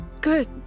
Good